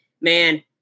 man